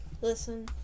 Listen